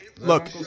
Look